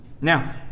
now